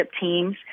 teams